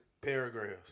paragraphs